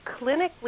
clinically